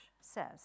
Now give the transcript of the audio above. says